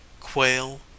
quail